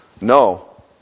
No